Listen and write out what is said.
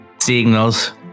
signals